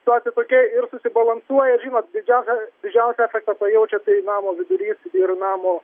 situacija tokia ir susibalansuoja ir žinot didžiausią didžiausią efektą pajaučia tai namo vidurys ir namo